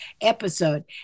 episode